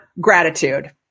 gratitude